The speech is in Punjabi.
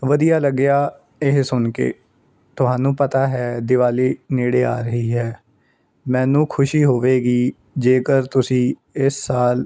ਵਧੀਆ ਲੱਗਿਆ ਇਹ ਸੁਣ ਕੇ ਤੁਹਾਨੂੰ ਪਤਾ ਹੈ ਦੀਵਾਲੀ ਨੇੜੇ ਆ ਰਹੀ ਹੈ ਮੈਨੂੰ ਖੁਸ਼ੀ ਹੋਵੇਗੀ ਜੇਕਰ ਤੁਸੀਂ ਇਸ ਸਾਲ